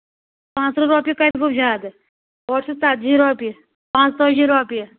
پانٛژھ تٕرٛہ رۄپیہِ کَتہِ گوٚو زیادٕ اورٕ چھِ ژَتجی رۄپیہِ پانٛژھ تٲجی رۄپیہِ